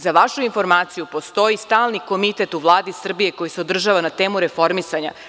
Za vašu informaciju, postoji stalni komitet u Vladi Srbije koji se održava na temu reformisanja.